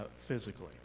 physically